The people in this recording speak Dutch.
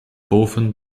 boven